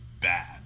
bad